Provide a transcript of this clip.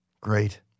Great